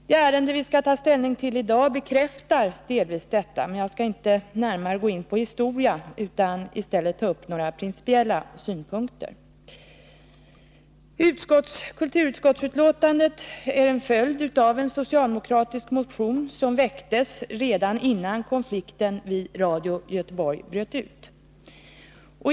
Det ärende vi skall ta ställning till i dag bekräftar delvis detta, men jag skall inte närmare gå in på historia utan i stället ta upp några principiella synpunkter. Kulturutskottets betänkande är en följd av den socialdemokratiska motionen 1981/82:1768, som väcktes redan innan konflikten vid Radio Göteborg bröt ut.